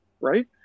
right